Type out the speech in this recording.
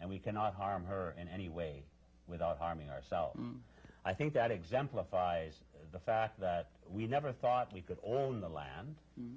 and we cannot harm her in any way without harming ourselves i think that exemplifies the fact that we never thought we could all in the